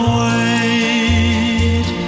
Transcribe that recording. wait